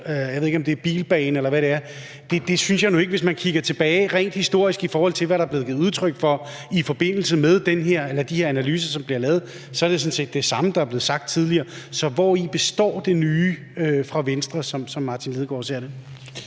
jeg ved ikke, om det er bilbane, eller hvad det er. Det synes jeg nu ikke de har. Hvis man kigger tilbage rent historisk, i forhold til hvad der bliver givet udtryk for i forbindelse med de her analyser, som bliver lavet, vil man se, at det sådan set er det samme, der er blevet sagt tidligere. Så hvori består det nye fra Venstre, som hr. Martin Lidegaard ser det?